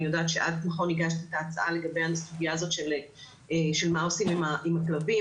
אני יודעת שאת הגשת את ההצעה לגבי הסוגיה הזאת של מה עושים עם הכלבים,